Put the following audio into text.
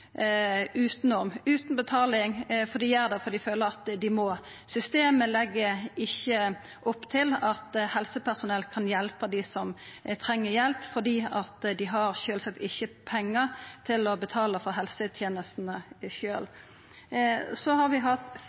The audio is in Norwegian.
utan betaling, og dei gjer det fordi dei føler at dei må. Systemet legg ikkje opp til at helsepersonell kan hjelpa dei som treng hjelp og sjølvsagt ikkje har pengar til å betala for helsetenestene sjølve. Så har vi hatt